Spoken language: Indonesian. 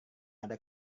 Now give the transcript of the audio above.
ada